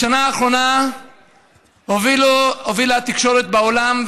בשנה האחרונה הובילה התקשורת בעולם,